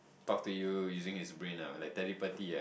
talk to you using his brain ah like telepathy ah